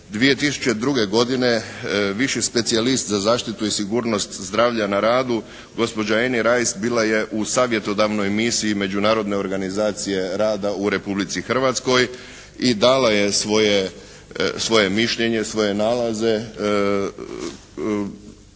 2002. godine viši specijalist za zaštitu i sigurnost zdravlja na radu, gospođa Any Rice bila je u savjetodavnoj misiji Međunarodne organizacije rada u Republici Hrvatskoj i dala je svoje mišljenje, svoje nalaze